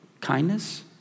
kindness